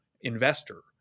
investor